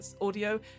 audio